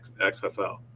XFL